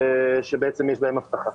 שיש להם אבטחה.